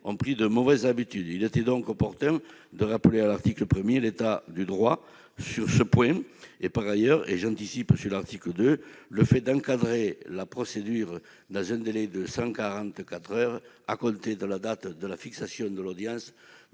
ont pris de mauvaises habitudes. Il était donc opportun de rappeler à l'article 1 l'état du droit sur ce point. Par ailleurs, et j'anticipe sur l'article 2, encadrer la procédure dans un délai de 144 heures, à compter de la date de la fixation de l'audience,